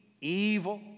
Evil